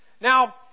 Now